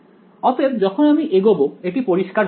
অতএব যখন আমি এগোবো এটি পরিষ্কার হয়ে যাবে